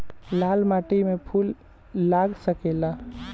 लाल माटी में फूल लाग सकेला?